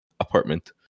apartment